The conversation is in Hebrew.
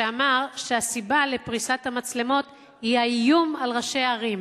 שאמר שהסיבה לפריסת המצלמות היא האיום על ראשי ערים.